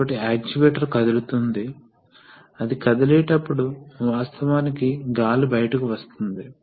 కాబట్టి ఈ మోటారుపై పవర్ డిమాండ్ తగ్గుతుంది మరియు ఇప్పుడు సిస్టమ్ ఈ ప్రవాహం రేటు నుండి మాత్రమే ఇవ్వబడుతుంది